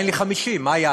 אין לי 50, מה יאללה?